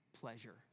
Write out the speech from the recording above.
pleasure